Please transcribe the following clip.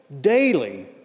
Daily